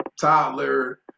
toddler